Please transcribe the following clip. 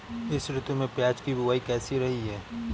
इस ऋतु में प्याज की बुआई कैसी रही है?